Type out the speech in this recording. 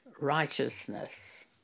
righteousness